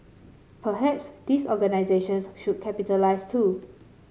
perhaps these organisations should capitalise too